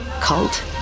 cult